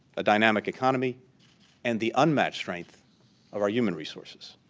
a dynamic economy and the unmatched strength of our human resources.